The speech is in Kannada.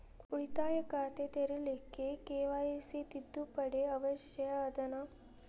ಉಳಿತಾಯ ಖಾತೆ ತೆರಿಲಿಕ್ಕೆ ಕೆ.ವೈ.ಸಿ ತಿದ್ದುಪಡಿ ಅವಶ್ಯ ಅದನಾ?